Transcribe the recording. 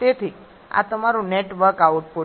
તેથી આ તમારું નેટ વર્ક આઉટપુટ છે